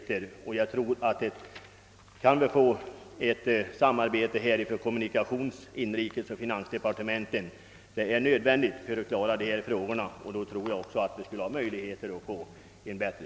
Får vi till stånd det nödvändiga samarbetet mellan kommunikations-, inrikesoch finansdepartementen tror jag också att det går att lösa dessa frågor och att läget blir bättre.